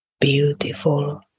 beautiful